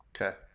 Okay